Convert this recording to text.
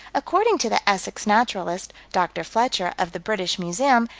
according to the essex naturalist, dr. fletcher, of the british museum,